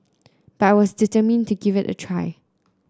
but I was determined to give it a try